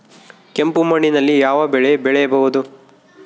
ಕೆಂಪು ಮಣ್ಣಿನಲ್ಲಿ ಯಾವ ಬೆಳೆ ಬೆಳೆಯಬಹುದು?